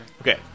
Okay